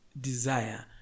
desire